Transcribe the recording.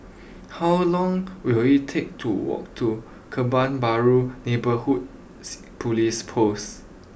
how long will it take to walk to Kebun Baru Neighbourhood police post